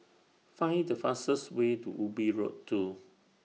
Find The fastest Way to Ubi Road two